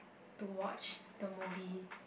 to watch the movie